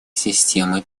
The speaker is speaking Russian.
системы